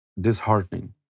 disheartening